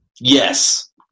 Yes